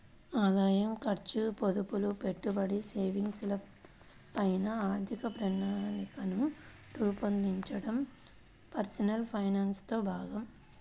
ఆదాయం, ఖర్చు, పొదుపులు, పెట్టుబడి, సేవింగ్స్ ల పైన ఆర్థిక ప్రణాళికను రూపొందించడం పర్సనల్ ఫైనాన్స్ లో భాగం